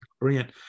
Brilliant